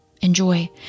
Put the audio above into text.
Enjoy